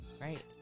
right